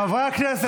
חברי הכנסת.